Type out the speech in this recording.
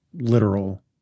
literal